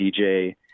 DJ